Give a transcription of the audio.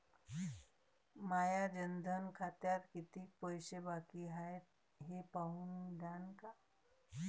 माया जनधन खात्यात कितीक पैसे बाकी हाय हे पाहून द्यान का?